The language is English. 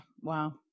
Wow